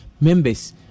members